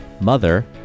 mother